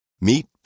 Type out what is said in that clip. Meet